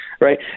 right